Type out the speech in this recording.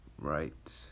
right